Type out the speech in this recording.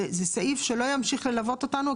וזה סעיף שלא ימשיך ללוות אותנו.